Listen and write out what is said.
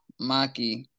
Maki